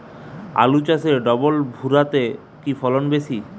আলু চাষে ডবল ভুরা তে কি ফলন বেশি?